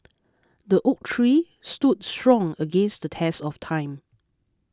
the oak tree stood strong against the test of time